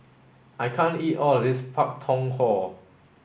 I can't eat all of this Pak Thong Ko